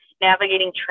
navigating